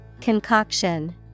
Concoction